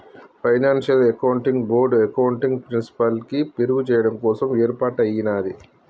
financial accounting board accounting ప్రిన్సిపల్స్ని మెరుగుచెయ్యడం కోసం యేర్పాటయ్యినాది